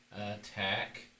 attack